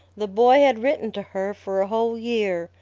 the boy had written to her for a whole year,